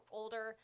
older